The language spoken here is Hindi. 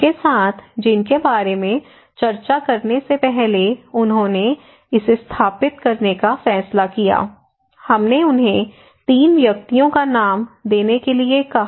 उनके साथ जिनके बारे में चर्चा करने से पहले उन्होंने इसे स्थापित करने का फैसला किया हमने उन्हें 3 व्यक्तियों का नाम देने के लिए कहा